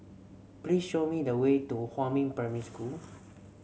please show me the way to Huamin Primary School